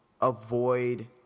avoid –